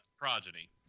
progeny